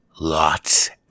lots